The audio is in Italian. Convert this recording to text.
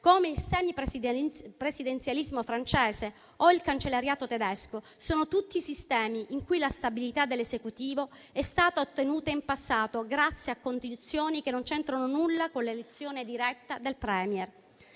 come il semipresidenzialismo francese o il cancellierato tedesco, è un sistema in cui la stabilità dell'Esecutivo è stata ottenuta in passato grazie a condizioni che non c'entrano nulla con l'elezione diretta del *Premier*.